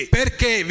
perché